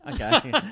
Okay